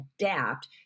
adapt